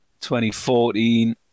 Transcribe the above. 2014